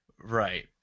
Right